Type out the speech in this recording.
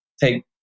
take